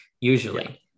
usually